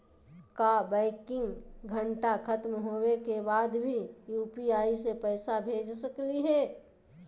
का बैंकिंग घंटा खत्म होवे के बाद भी यू.पी.आई से पैसा भेज सकली हे?